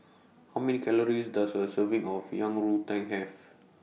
How Many Calories Does A Serving of Yang Rou Tang Have